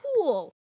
Cool